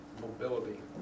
mobility